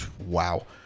Wow